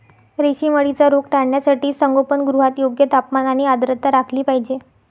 रेशीम अळीचा रोग टाळण्यासाठी संगोपनगृहात योग्य तापमान आणि आर्द्रता राखली पाहिजे